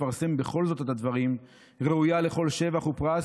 זאת לפרסם את הדברים ראויה לכל שבח ופרס,